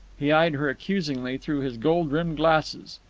he eyed her accusingly through his gold-rimmed glasses.